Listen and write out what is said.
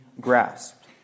grasped